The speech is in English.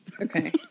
okay